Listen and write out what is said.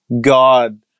God